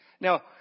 Now